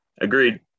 Agreed